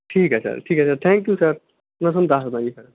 ਠੀਕ ਹੈ ਸਰ ਠੀਕ ਹੈ ਸਰ ਥੈਂਕ ਯੂ ਸਰ ਮੈਂ ਤੁਹਾਨੂੰ ਦੱਸਦਾ ਜੀ ਫਿਰ